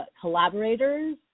collaborators